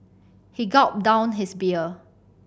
he gulped down his beer